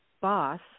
boss